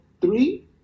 Three